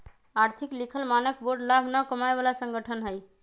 आर्थिक लिखल मानक बोर्ड लाभ न कमाय बला संगठन हइ